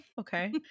Okay